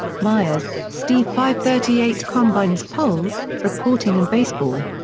myers, steve fivethirtyeight combines polls, reporting and baseball.